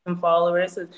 followers